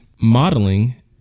modeling